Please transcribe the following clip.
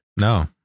No